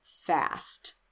fast